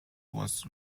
was